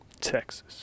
Texas